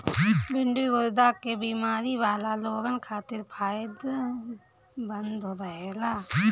भिन्डी गुर्दा के बेमारी वाला लोगन खातिर फायदमंद रहेला